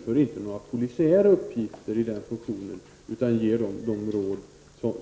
Det utförs inga polisoperativa uppgifter i den funktionen, utan man ger de råd